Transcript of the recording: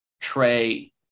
Trey